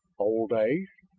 old days!